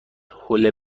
حوله